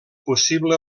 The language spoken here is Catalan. possible